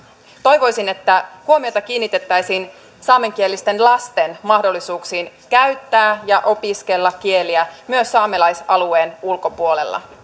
toivoisin että huomiota kiinnitettäisiin saamenkielisten lasten mahdollisuuksiin käyttää ja opiskella kieliä myös saamelaisalueen ulkopuolella